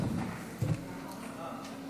בוועדת